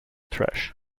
trash